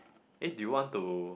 eh do you want to